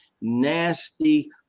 nasty